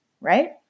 Right